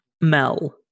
Mel